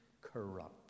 corrupt